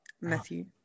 Matthew